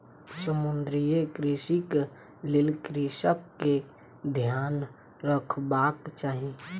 समुद्रीय कृषिक लेल कृषक के ध्यान रखबाक चाही